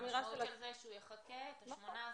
המשמעות של זה שהוא יחכה את השמונה,